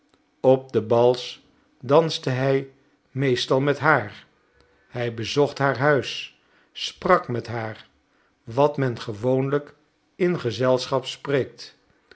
op de bals danste hij meestal met haar hij bezocht haar huis sprak met haar wat men gewoonlijk in gezelschap spreekt